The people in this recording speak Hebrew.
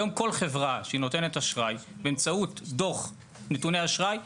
היום כל חברה שהיא נותנת אשראי באמצעות דוח נתוני אשראי,